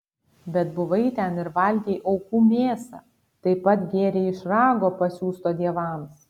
bet buvai ten ir valgei aukų mėsą taip pat gėrei iš rago pasiųsto dievams